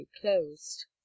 closed